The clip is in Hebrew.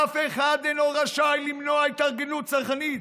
אף אחד אינו רשאי למנוע התארגנות צרכנית.